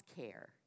care